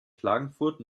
klagenfurt